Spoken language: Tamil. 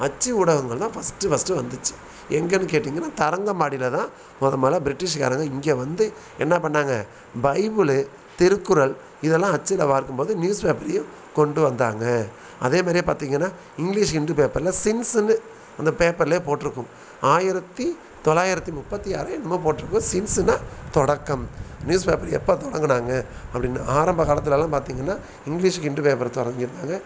அச்சு ஊடகங்கள் தான் ஃபர்ஸ்ட்டு ஃபர்ஸ்ட்டு வந்துச்சு எங்கேன்னு கேட்டிங்கன்னால் தரங்கம்பாடியில் தான் மொதல் மொதலில் பிரிட்டிஷ்காரங்க இங்கே வந்து என்ன பண்ணாங்க பைபிளு திருக்குறள் இதெல்லாம் அச்சில் வார்க்கும் போது நியூஸ் பேப்பரையும் கொண்டுட்டு வந்தாங்க அதே மாதிரியே பார்த்திங்கன்னா இங்கிலீஷ் ஹிந்து பேப்பரில் சின்ஸுன்னு அந்த பே்பபரில் போட்டிருக்கும் ஆயிரத்தி தொள்ளாயிரத்தி முப்பத்தி ஆறோ என்னமோ போட்டிருக்கும் சின்ஸுன்னா தொடக்கம் நியூஸ் பேப்பர் எப்போ தொடங்கினாங்க அப்படின்னு ஆரம்ப காலத்துலலாம் பார்த்திங்கன்னா இங்கிலீஷ் ஹிண்டு பேப்பரை தொடங்கியிருந்தாங்க